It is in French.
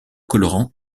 colorants